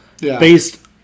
based